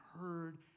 heard